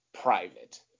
private